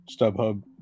StubHub